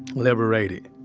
liberated,